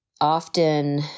often